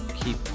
keep